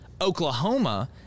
Oklahoma